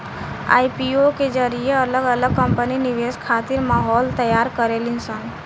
IPO के जरिए अलग अलग कंपनी निवेश खातिर माहौल तैयार करेली सन